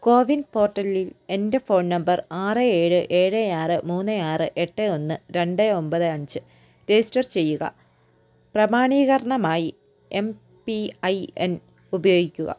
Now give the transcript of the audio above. കോവിൻ പോർട്ടലിൽ എൻ്റെ phone number ആറ് ഏഴ് ഏഴ് ആറ് മൂന്ന് ആറ് എട്ട് ഒന്ന് രണ്ട് ഒമ്പത് അഞ്ച് രജിസ്റ്റർ ചെയ്യുക പ്രമാണീകരണമായി എം പി ഐ എൻ ഉപയോഗിക്കുക